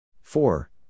Four